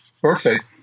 perfect